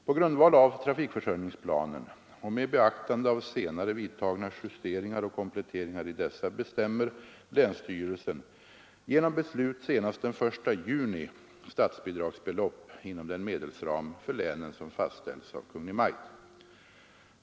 På grundval av trafikförsörjningsplanen och med beaktande av senare vidtagna justeringar och kompletteringar i dessa bestämmer länsstyrelsen genom beslut senast den 1 juni statsbidragsbelopp inom den medelsram för länen som fastställs av Kungl. Maj:t.